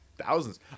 Thousands